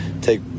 take